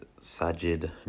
Sajid